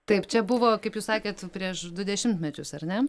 taip čia buvo kaip jūs sakėt prieš du dešimtmečius ar ne